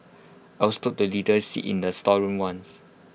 I was told to sit in A storeroom once